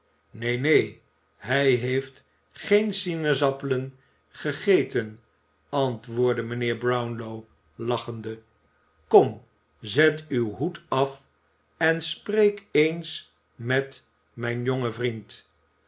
neen neen hij heeft geen sinaasappelen gegeten antwoordde mijnheer brownlow lachende kom zet uw hoed af en spreek eens met mijn jongen vriend